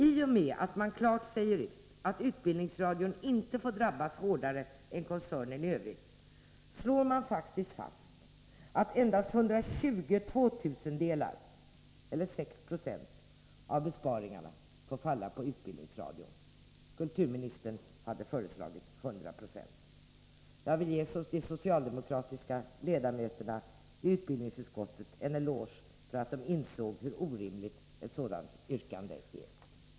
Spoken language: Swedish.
I och med att man klart säger ut att utbildningsradion inte får drabbas hårdare än koncernen i övrigt slår man faktiskt fast att endast 120 tvåtusendelar — eller 6 96 — av besparingarna får falla på utbildningsradion. Kulturministern hade föreslagit 100 90. Jag vill ge de socialdemokratiska ledamöterna i utbildningsutskottet en eloge för att de insåg hur orimligt ett sådant yrkande är.